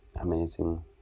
amazing